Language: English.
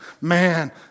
Man